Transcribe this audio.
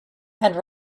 and